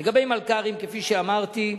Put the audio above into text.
לגבי מלכ"רים, כפי שאמרתי,